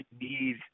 need